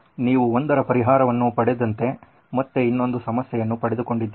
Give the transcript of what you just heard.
ಆದ್ದರಿಂದ ನೀವು ಒಂದರ ಪರಿಹರವನ್ನು ಪಡೆದಂತೆ ಮತ್ತೆ ಇನ್ನೊಂದು ಸಮಸ್ಯೆಯನ್ನು ಪಡೆದುಕೊಂಡಿದ್ದೀರಿ